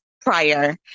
prior